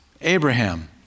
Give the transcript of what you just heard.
Abraham